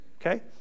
okay